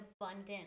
abundant